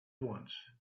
once